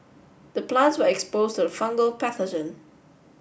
the plants were exposed to the fungal pathogen